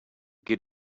get